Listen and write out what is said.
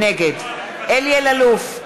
נגד אלי אלאלוף,